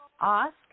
Ask